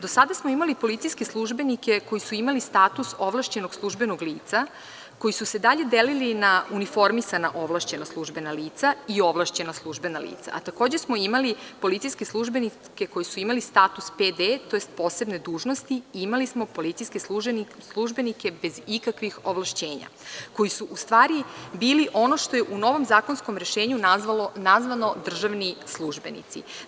Do sada smo imali policijske službenike koji su imali status ovlašćenog službenog lica, koji su se dalje delili na uniformisana ovlašćena službena lica i ovlašćena službena lica, a takođe smo imali policijske službenike koji su imali status PD, tj. posebne dužnosti i imali smo policijske službenike bez ikakvih ovlašćenja, koji su u stvari bili ono što je u novom zakonskom rešenju nazvano državni službenici.